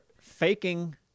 faking